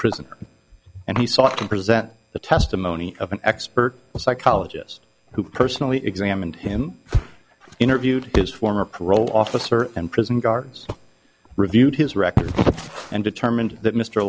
prisoner and he sought to present the testimony of an expert psychologist who personally examined him interviewed his former parole officer and prison guards reviewed his record and determined that mr